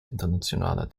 internationaler